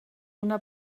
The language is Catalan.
una